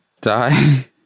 die